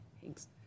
thanks